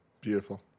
Beautiful